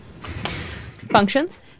Functions